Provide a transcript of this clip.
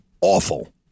awful